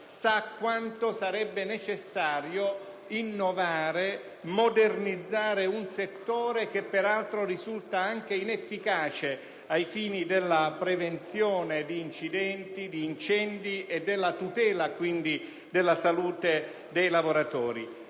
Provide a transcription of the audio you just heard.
sa quanto sarebbe necessario innovare e modernizzare un sistema che, peraltro, risulta anche inefficace ai fini della prevenzione di incendi e della tutela della salute dei lavoratori.